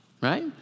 right